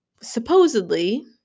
Supposedly